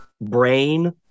brain